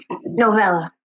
novella